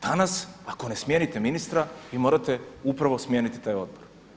Danas ako ne smijenite ministra vi morate upravo smijeniti taj odbor.